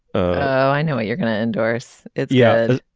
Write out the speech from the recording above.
i know what you're gonna endorse. yeah.